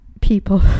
people